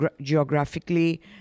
geographically